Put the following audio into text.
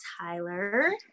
Tyler